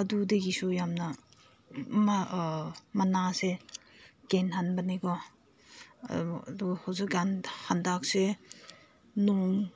ꯑꯗꯨꯗꯒꯤꯁꯨ ꯌꯥꯝꯅ ꯃꯅꯥꯁꯦ ꯀꯦꯜꯍꯟꯕꯅꯦ ꯀꯣ ꯑꯗꯣ ꯍꯧꯖꯤꯛꯀꯥꯟ ꯍꯟꯗꯛꯁꯦ ꯅꯣꯡ